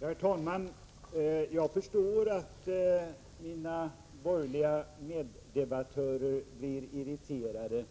Herr talman! Jag förstår att mina borgerliga meddebattörer blir irriterade